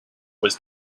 was